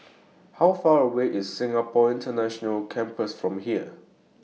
How Far away IS Singapore International Campus from here